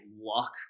luck